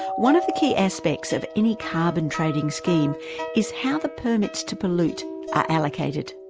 one of the key aspects of any carbon trading scheme is how the permits to pollute are allocated.